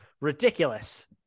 Ridiculous